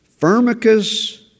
Firmicus